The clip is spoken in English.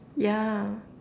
yeah